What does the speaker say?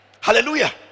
Hallelujah